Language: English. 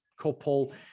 couple